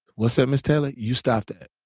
what's that, miss talley? you stop that.